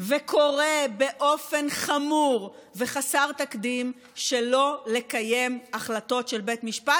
וקורא באופן חמור וחסר תקדים שלא לקיים החלטות של בית משפט,